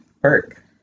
perk